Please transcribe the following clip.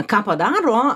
ką padaro